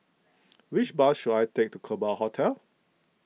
which bus should I take to Kerbau Hotel